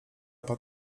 pan